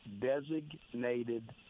designated